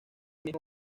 mismo